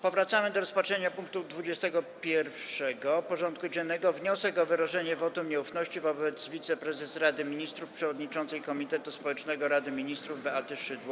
Powracamy do rozpatrzenia punktu 21. porządku dziennego: Wniosek o wyrażenie wotum nieufności wobec wiceprezes Rady Ministrów, przewodniczącej Komitetu Społecznego Rady Ministrów Beaty Szydło.